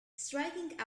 striking